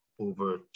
over